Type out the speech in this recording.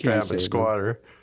squatter